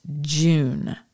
June